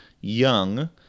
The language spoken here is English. young